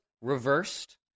reversed